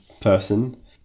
person